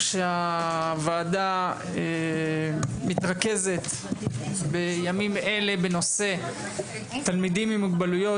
הוועדה מתרכזת בימים אלה בנושא תלמידים עם מוגבלויות,